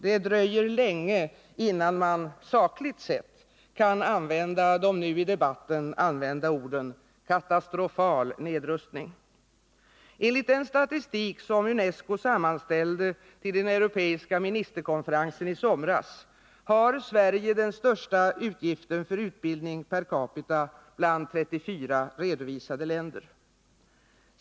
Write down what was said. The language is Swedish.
Det dröjer länge innan man, sakligt sett, kan använda de nu i debatten använda orden katastrofal nedrustning. Enligt den statistik som UNESCO sammanställde till den europeiska ministerkonferensen i somras har Sverige den största utgiften för utbildning per capita bland 34 redovisade länder.